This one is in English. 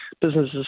businesses